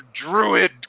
Druid